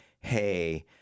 hey